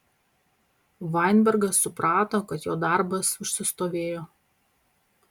vainbergas suprato kad jo darbas užsistovėjo